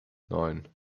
neun